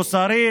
מוסרית,